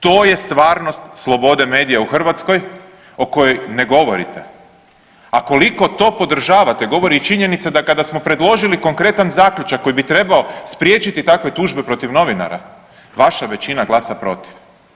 To je stvarnost slobode medija u Hrvatskoj o kojoj ne govorite a koliko to podržavate, govori i činjenica da kada smo predložili konkretan zaključak koji bi trebao spriječiti takve tužbe protiv novinara, vaša većina glasa protiv.